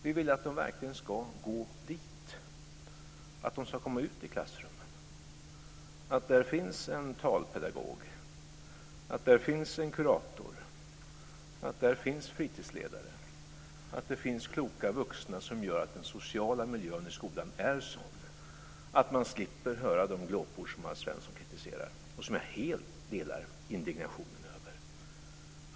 Vi vill att pengarna verkligen ska gå dit, att de ska komma ut i klassrummen. Där ska finnas en talpedagog, en kurator, fritidsledare - kloka vuxna som gör att den sociala miljön i skolan är sådan att man slipper höra de glåpord som Alf Svensson kritiserar. Jag delar helt indignationen över dem.